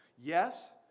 Yes